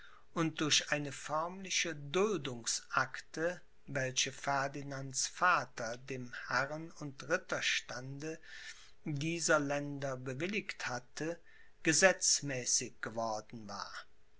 und durch eine förmliche duldungsakte welche ferdinands vater dem herren und ritterstande dieser länder bewilligt hatte gesetzmäßig geworden war